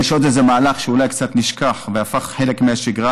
יש עוד איזה מהלך שאולי קצת נשכח והפך חלק מהשגרה